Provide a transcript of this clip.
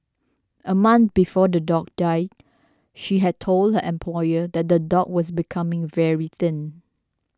a month before the dog died she had told her employer that the dog was becoming very thin